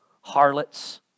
Harlots